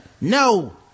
No